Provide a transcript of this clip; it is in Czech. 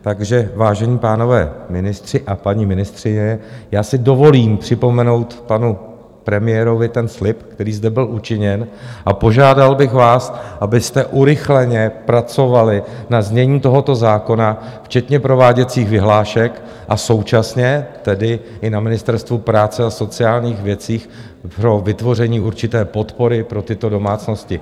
Takže vážení pánové ministři a paní ministryně, já si dovolím připomenout panu premiérovi ten slib, který zde byl učiněn, a požádal bych vás, abyste urychleně zpracovali na znění tohoto zákona včetně prováděcích vyhlášek, a současně tedy i na Ministerstvu práce a sociálních věcí pro vytvoření určité podpory pro tyto domácnosti.